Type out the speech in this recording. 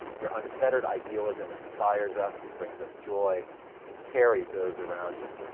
your unfettered idealism inspires us, brings us joy and carries those around you.